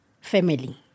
family